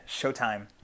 Showtime